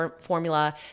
formula